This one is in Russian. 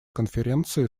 конференции